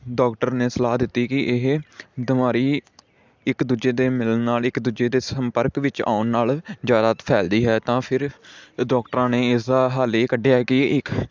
doctor ਨੇ ਸਲਾਹ ਦਿੱਤੀ ਕਿ ਇਹ ਬਿਮਾਰੀ ਇੱਕ ਦੂਜੇ ਦੇ ਮਿਲਣ ਨਾਲ ਇੱਕ ਦੂਜੇ ਦੇ ਸੰਪਰਕ ਵਿੱਚ ਆਉਣ ਨਾਲ ਜ਼ਿਆਦਾ ਫੈਲਦੀ ਹੈ ਤਾਂ ਫਿਰ ਡੋਕਟਰਾਂ ਨੇ ਇਸਦਾ ਹੱਲ ਇਹ ਕੱਢਿਆ ਕਿ ਇੱਕ